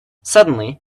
suddenly